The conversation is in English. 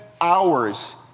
hours